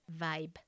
vibe